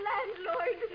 Landlord